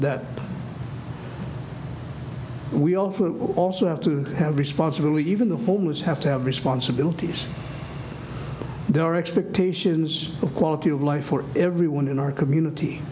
that we all who also have to have responsibility even the homeless have to have responsibilities their expectations of quality of life for everyone in our community